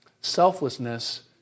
selflessness